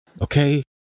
Okay